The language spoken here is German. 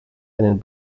einen